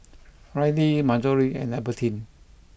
Rylee Marjory and Albertine